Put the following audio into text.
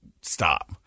stop